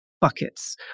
buckets